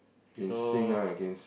so